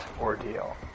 ordeal